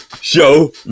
show